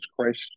Christ